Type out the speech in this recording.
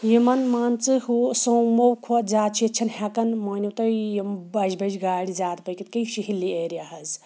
یِمَن مان ژٕ ہُہ سوموٗ کھۄتہٕ زیادٕ چھِ ییٚتہِ چھِنہٕ ہٮ۪کان مٲنِو تُہۍ یِم بَجہِ بَجہِ گاڑِ زیادٕ پٔکِتھ کینٛہہ یہِ چھُ ہِلی ایریا حظ